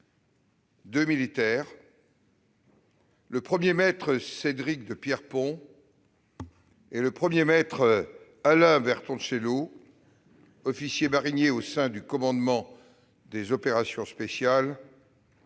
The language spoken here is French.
Deux militaires, le premier-maître Cédric de Pierrepont et le premier-maître Alain Bertoncello, officiers mariniers au sein du commandement des opérations spéciales,